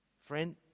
Friend